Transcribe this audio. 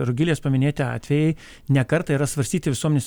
rugilės paminėti atvejai ne kartą yra svarstyti visuomenės